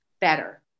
better